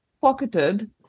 pocketed